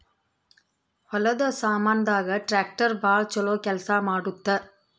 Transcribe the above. ಹೊಲದ ಸಾಮಾನ್ ದಾಗ ಟ್ರಾಕ್ಟರ್ ಬಾಳ ಚೊಲೊ ಕೇಲ್ಸ ಮಾಡುತ್ತ